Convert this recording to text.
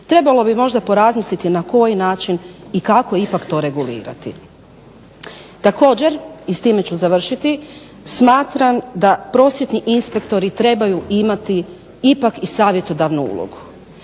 Trebalo bi možda porazmisliti na koji način i kako ipak to regulirati. Također i s time ću završiti smatram da prosvjetni inspektori trebaju imati ipak i savjetodavnu ulogu,